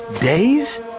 days